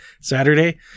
Saturday